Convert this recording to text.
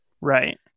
right